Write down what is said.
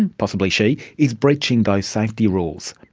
and possibly she, is breaching those safety rules.